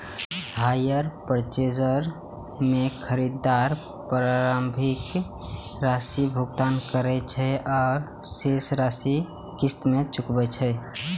hire purchase मे खरीदार प्रारंभिक राशिक भुगतान करै छै आ शेष राशि किस्त मे चुकाबै छै